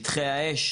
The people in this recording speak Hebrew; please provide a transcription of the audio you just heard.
שטחי האש